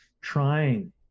trying